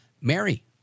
Mary